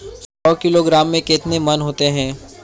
सौ किलोग्राम में कितने मण होते हैं?